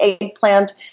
eggplant